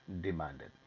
demanded